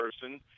person